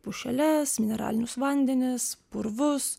pušeles mineralinius vandenis purvus